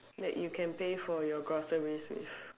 that you can pay for your groceries with